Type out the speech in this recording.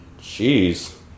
jeez